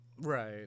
Right